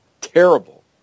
terrible